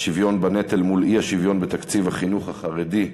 השוויון בנטל מול האי-שוויון בתקציבי החינוך החרדי,